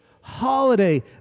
holiday